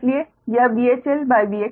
इसलिए यह VHLVXL VHLVXLVAnVan